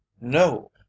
no